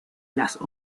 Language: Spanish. las